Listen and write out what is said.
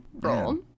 role